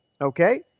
okay